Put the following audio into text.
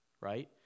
right